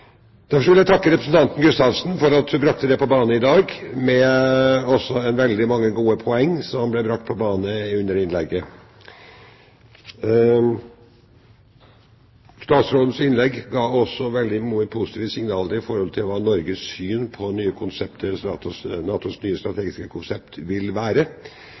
Derfor vil jeg takke representanten Gustavsen for at hun brakte det på bane i dag, og med veldig mange gode poeng under innlegget. Statsrådens innlegg ga også veldig positive signaler om hva Norges syn på NATOs nye strategiske konsept vil være.